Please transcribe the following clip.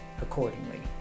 accordingly